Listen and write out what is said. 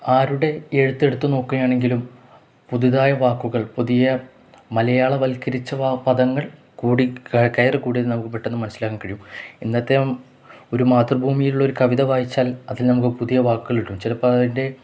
ആരുടെ എഴുത്തെടുത്തു നോക്കുകയാണെങ്കിലും പുതുതായ വാക്കുകൾ പുതിയ മലയാളവൽക്കരിച്ച പദങ്ങൾ കൂടി കയറിക്കൂടിയത് നമുക്കു പെട്ടെന്നു മനസ്സിലാക്കാൻ കിഴിയും ഇന്നത്തെ ഒരു മാതൃഭൂമിയിലുള്ളൊരു കവിത വായിച്ചാൽ അതിൽ നമുക്കു പുതിയ വാക്കുകള് കിട്ടും ചിലപ്പോള് അതിൻ്റെ